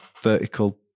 vertical